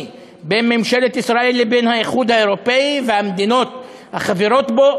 בין ממשלת ישראל לבין האיחוד האירופי והמדינות החברות בו,